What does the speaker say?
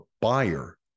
buyer